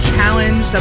Challenge